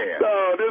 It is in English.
No